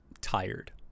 tired